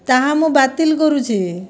ତାହା ମୁଁ ବାତିଲ୍ କରୁଛି